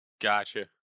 Gotcha